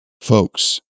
folks